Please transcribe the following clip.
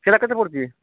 ସେଇଟା କେତେ ପଡ଼ୁଛି